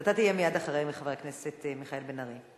אתה תהיה מייד אחרי חבר הכנסת מיכאל בן-ארי.